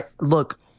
look